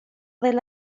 del